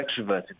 extroverted